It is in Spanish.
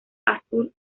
azul